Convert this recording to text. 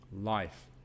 life